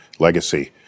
legacy